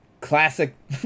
classic